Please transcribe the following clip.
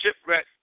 shipwreck